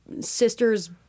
sister's